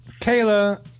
Kayla